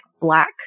Black